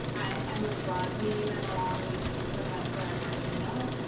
i'm emily broad leib and, along with professor martha minow,